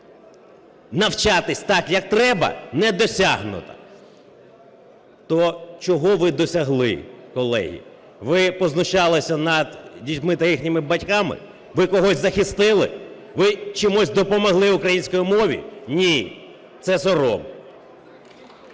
навчатись так як треба, не досягнуто. То чого ви досягли, колеги? Ви познущалися над дітьми та їхніми батьками. Ви когось захистили? Ви чимось допомогли українській мові? Ні. Це сором.